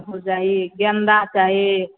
ओ चाही गेंदा चाही